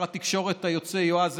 חבריי חברי הכנסת,